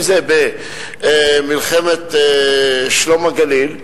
אם זה במלחמת שלום הגליל,